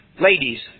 Ladies